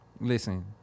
Listen